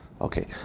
Okay